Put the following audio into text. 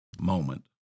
moment